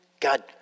God